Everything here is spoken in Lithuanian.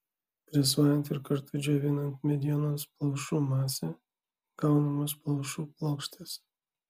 presuojant ir kartu džiovinant medienos plaušų masę gaunamos plaušų plokštės